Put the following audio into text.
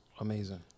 amazing